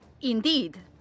Indeed